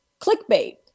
clickbait